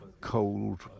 cold